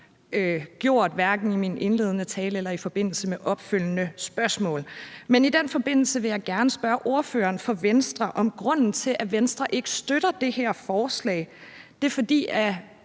gjort, hverken i min indledende tale eller i forbindelse med opfølgende spørgsmål. I den forbindelse vil jeg gerne spørge ordføreren for Venstre, om grunden til, at Venstre ikke støtter det her forslag, er, at